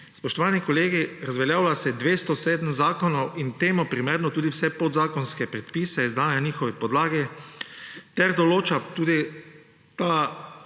spoštovani kolegi, razveljavlja se 207 zakonov in temu primerno tudi vse podzakonske predpise, izdane na njihovi podlagi. Ta predlog določa tudi